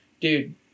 dude